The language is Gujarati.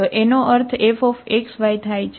તો એનો અર્થ F થાય છે